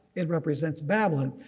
it represents babylon.